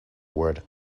word